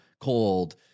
cold